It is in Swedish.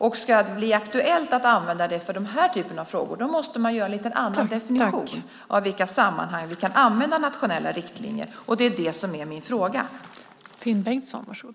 Ska det bli aktuellt att använda dem för den här typen av frågor måste man göra en lite annan definition av i vilka sammanhang vi kan använda nationella riktlinjer, och det är det som min fråga handlar om.